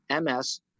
ms